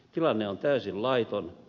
tilanne on täysin laiton